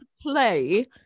play